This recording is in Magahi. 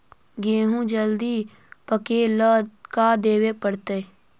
गेहूं जल्दी पके ल का देबे पड़तै?